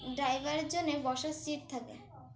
ড্রাইভারের জন্য বসার সিট থাকে